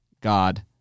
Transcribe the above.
God